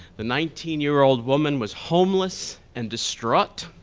the nineteen year old woman was homeless and destruct,